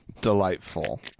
Delightful